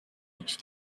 each